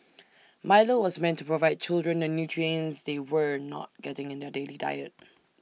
milo was meant to provide children the nutrients they were not getting in their daily diet